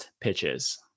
pitches